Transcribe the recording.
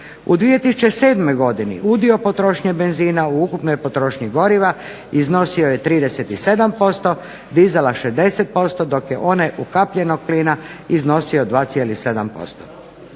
U 2007. godini udio potrošnje benzina u ukupnoj potrošnji goriva iznosio je 37%, dizela 60% dok je onaj ukapljenog plina iznosio 2,7%.